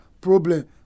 problem